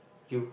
you